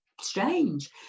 strange